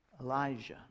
Elijah